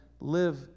live